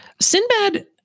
Sinbad